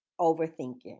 overthinking